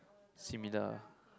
similar